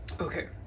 Okay